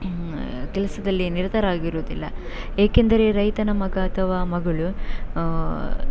ಕೆಲಸದಲ್ಲಿ ನಿರತರಾಗಿರುವುದಿಲ್ಲ ಏಕೆಂದರೆ ರೈತನ ಮಗ ಅಥವಾ ಮಗಳು